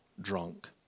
drunk